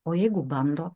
o jeigu bando